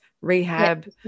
rehab